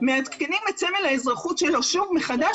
מעדכנים את סמל האזרחות שלו שוב מחדש